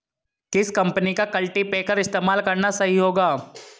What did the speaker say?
किस कंपनी का कल्टीपैकर इस्तेमाल करना सही होगा?